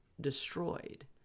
destroyed